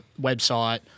website